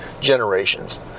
generations